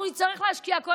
אנחנו נצטרך להשקיע זמן,